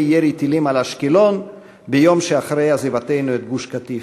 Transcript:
ירי טילים על אשקלון ביום שאחרי עזיבתנו את גוש-קטיף,